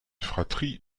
fratrie